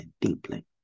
deeply